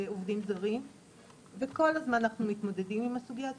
לעובדים זרים וכל הזמן אנחנו מתמודדים עם הסוגייה הזאת,